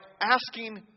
asking